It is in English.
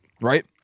right